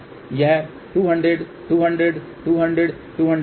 तो यह 200 200 200 200 है